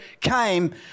came